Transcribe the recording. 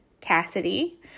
Cassidy